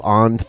on